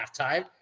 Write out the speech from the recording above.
halftime